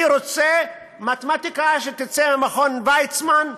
אני רוצה מתמטיקה שתצא למכון ויצמן,